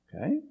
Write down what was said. Okay